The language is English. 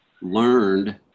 learned